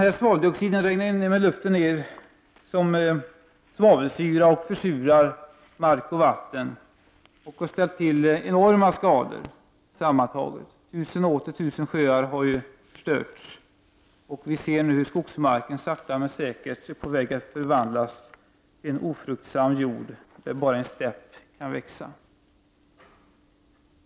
Denna svaveldioxid reagerar med luftens syre och vattenånga och bildar svavelsyra, som i sin tur försurar mark och vatten. Det har sammantaget åstadkommit enorma skador. Tusen och åter tusen sjöar har förstörts. Vi ser nu hur skogsmarken sakta men säkert är på väg att förvandlas till ofruktsam jord där bara stäpp kan växa.